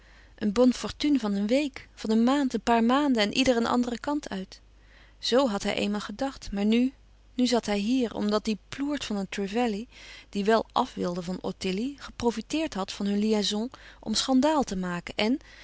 een bonne fortune van een week van een maand een paar maanden en ieder een andere kant uit zoo had hij eenmaal gedacht maar nu nu zat hij hier omdat die ploert van een trevelley die wel àf wilde van ottilie geprofiteerd had van hun liaison om schandaal te maken en